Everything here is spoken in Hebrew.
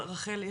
אבל רחל,